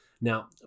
Now